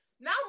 now